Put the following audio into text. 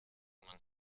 man